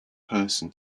person